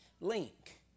link